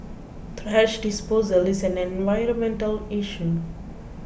thrash disposal is an environmental issue